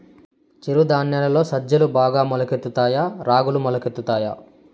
చిరు ధాన్యాలలో సజ్జలు బాగా మొలకెత్తుతాయా తాయా రాగులు మొలకెత్తుతాయా